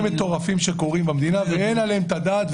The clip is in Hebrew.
מטורפים שקורים במדינה ואין עליהם את הדעת.